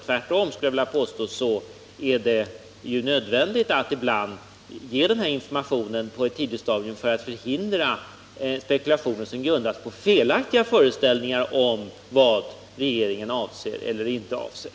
Tvärtom, skulle jag vilja påstå, är det nödvändigt att ibland lämna den här informationen på ett tidigt stadium för att förhindra spekulationer som grundar sig på felaktiga föreställningar om vad regeringen avser eller inte avser.